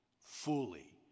fully